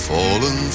Fallen